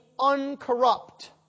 uncorrupt